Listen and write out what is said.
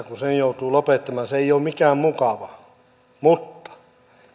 kun sen joutuu lopettamaan ei ole mikään mukava mutta